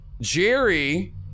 Jerry